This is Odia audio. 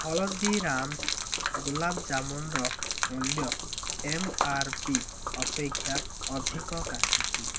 ହଳଦୀରାମ୍ସ୍ ଗୁଲାବ୍ ଜାମୁନର ମୂଲ୍ୟ ଏମ୍ ଆର୍ ପି ଅପେକ୍ଷା ଅଧିକ କାହିଁକି